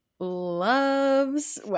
loves